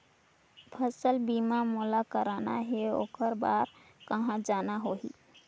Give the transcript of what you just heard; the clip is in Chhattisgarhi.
फसल बीमा मोला करना हे ओकर बार कहा जाना होही?